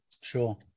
Sure